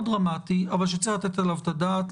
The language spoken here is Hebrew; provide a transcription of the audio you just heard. דרמטי אבל שצריך לתת עליו את הדעת.